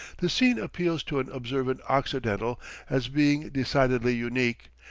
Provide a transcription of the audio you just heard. the scene appeals to an observant occidental as being decidedly unique,